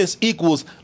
equals